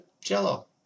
Jell-O